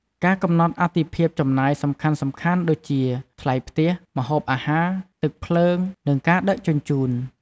កំណត់អាទិភាពចំណាយសំខាន់ៗដូចជា ថ្លៃផ្ទះ ម្ហូបអាហារ ទឹកភ្លើង និងការដឹកជញ្ជូន។